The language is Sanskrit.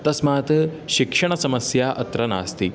तस्मात् शिक्षणसमस्या अत्र नास्ति